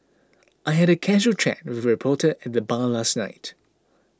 I had a casual chat with a reporter at the bar last night